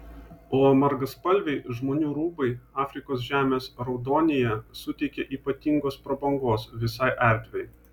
o margaspalviai žmonių rūbai afrikos žemės raudonyje suteikia ypatingos prabangos visai erdvei